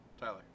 Tyler